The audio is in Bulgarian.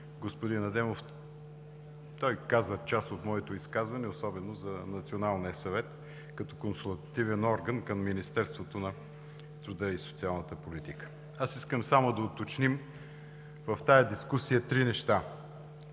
господин Адемов – той каза част от моето изказване, особено за Националния съвет като консултативен орган към Министерството на труда и социалната политика. Искам само да уточним в тази дискусия три неща.